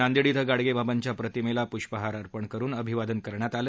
नांदेड क्रि गाडगेबाबांच्या प्रतिमेला पूष्पहार अर्पण करून अभिवादन करण्यात आलं